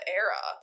era